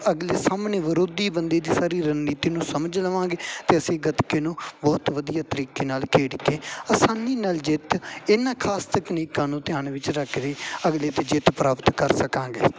ਅਗਲੇ ਸਾਹਮਣੇ ਵਿਰੋਧੀ ਬੰਦੇ ਦੀ ਸਾਰੀ ਰਣਨੀਤੀ ਨੂੰ ਸਮਝ ਲਵਾਂਗੇ ਅਤੇ ਅਸੀਂ ਗੱਤਕੇ ਨੂੰ ਬਹੁਤ ਵਧੀਆ ਤਰੀਕੇ ਨਾਲ ਖੇਡ ਕੇ ਆਸਾਨੀ ਨਾਲ ਜਿੱਤ ਇਹਨਾਂ ਖ਼ਾਸ ਤਕਨੀਕਾਂ ਨੂੰ ਧਿਆਨ ਵਿੱਚ ਰੱਖ ਰਹੇ ਅਗਲੇ 'ਤੇ ਜਿੱਤ ਪ੍ਰਾਪਤ ਕਰ ਸਕਾਂਗੇ